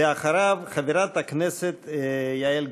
אחריו, חברת הכנסת יעל גרמן.